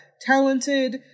talented